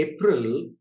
April